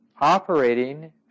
operating